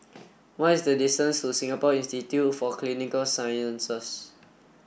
what is the distance to Singapore Institute for Clinical Sciences